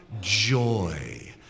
joy